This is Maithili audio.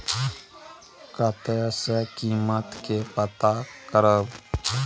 कतय सॅ कीमत के पता करब?